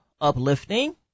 uplifting